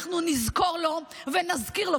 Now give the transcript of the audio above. אנחנו נזכור לו ונזכיר לו,